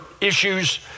issues